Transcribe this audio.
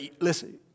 listen